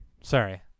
Sorry